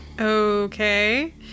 Okay